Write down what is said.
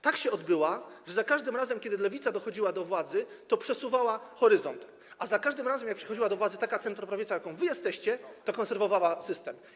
Tak się odbyła, że za każdym razem kiedy lewica dochodziła do władzy, przesuwała horyzont, a za każdym razem gdy przychodziła do władzy taka centroprawica, jaką wy jesteście, konserwowała system.